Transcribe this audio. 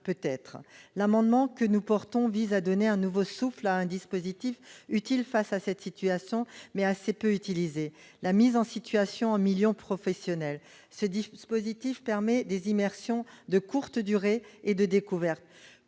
L'amendement que nous présentons vise à donner un nouveau souffle à un dispositif utile face à cette situation, mais assez peu utilisé : la mise en situation en milieu professionnel. Ce dispositif permet des immersions de courte durée et de découverte.